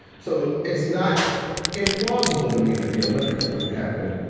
so it's not implausible to me that the olympics wouldn't happen,